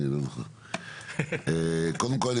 קודם כל,